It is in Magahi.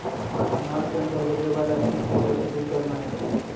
अनार के अंदर होवे वाला कीट के कैसे दूर करना है?